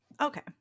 Okay